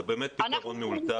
זה באמת פתרון מאולתר.